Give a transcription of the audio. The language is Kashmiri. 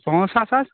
پانٛژ ساس حظ